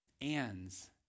Ands